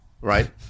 right